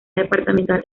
departamental